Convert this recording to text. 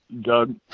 Doug